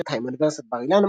אוניברסיטת בר-אילן,